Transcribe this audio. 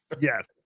yes